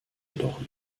jedoch